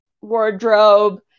wardrobe